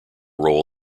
role